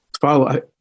follow